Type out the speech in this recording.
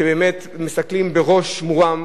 שבאמת מסתכלים בראש מורם,